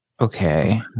Okay